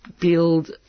build